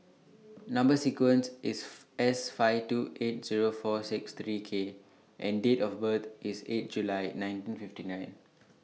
Number sequence IS S five two eight Zero four six three K and Date of birth IS eight July nineteen fifty nine